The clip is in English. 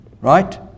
Right